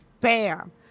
bam